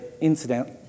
incident